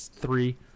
Three